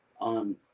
on